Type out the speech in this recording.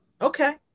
Okay